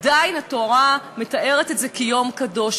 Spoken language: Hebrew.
עדיין התורה מתארת את זה כיום קדוש,